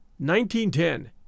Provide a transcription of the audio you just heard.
1910